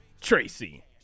Tracy